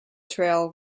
trail